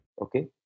Okay